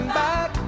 back